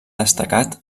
destacat